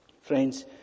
Friends